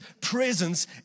presence